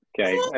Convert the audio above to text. Okay